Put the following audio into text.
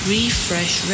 Refresh